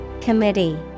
committee